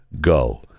Go